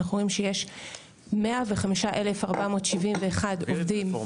אנחנו רואים שיש 105,471 עובדים